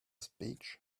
speech